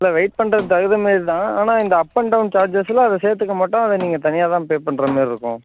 இல்லை வெயிட் பண்ணுறதுக்கு தகுந்த மாரி தான் ஆனால் இந்த அப் அண்ட் டவுன் சார்ஜஸில் அதை சேர்த்துக்க மாட்டோம் அதை நீங்கள் தனியாக தான் பே பண்ணுற மாரி இருக்கும்